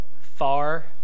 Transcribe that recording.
far